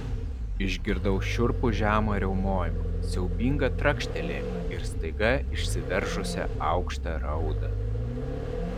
išgirdau šiurpų žemą riaumojimą siaubingą trakštelėjimą ir staiga išsiveržusią aukštą raudą